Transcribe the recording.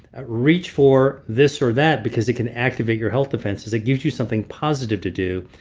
ah reach for this or that because it can activate your health defenses, it gives you something positive to do.